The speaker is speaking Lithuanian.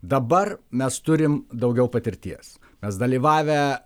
dabar mes turim daugiau patirties mes dalyvavę